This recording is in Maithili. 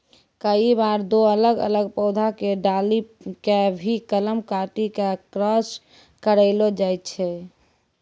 कई बार दो अलग अलग पौधा के डाली कॅ भी कलम काटी क क्रास करैलो जाय छै